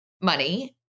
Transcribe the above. money